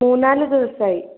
മൂന്നാല് ദിവസമായി